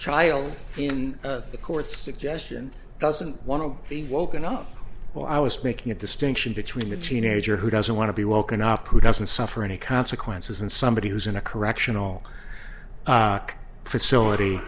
child in the court suggestion doesn't want to be woken up while i was making a distinction between a teenager who doesn't want to be woken up who doesn't suffer any consequences and somebody who's in a correctional facility